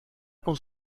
con